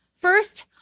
First